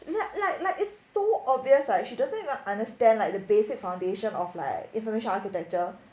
like like like it's so obvious like she doesn't even understand like the basic foundation of like information architecture